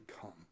come